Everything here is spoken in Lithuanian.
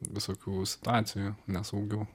visokių situacijų nesaugių